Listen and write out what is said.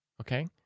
okay